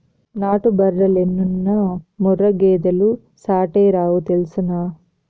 నాటు బర్రెలెన్నున్నా ముర్రా గేదెలు సాటేరావు తెల్సునా